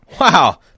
Wow